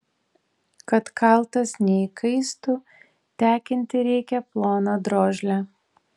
kad kaltas neįkaistų tekinti reikia ploną drožlę